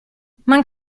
man